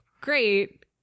great